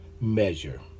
measure